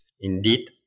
Indeed